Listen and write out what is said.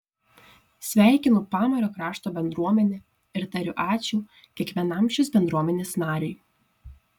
sveikinu pamario krašto bendruomenę ir tariu ačiū kiekvienam šios bendruomenės nariui